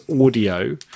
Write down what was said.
Audio